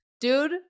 Dude